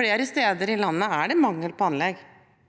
Flere steder i landet er det mangel på anlegg.